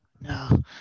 No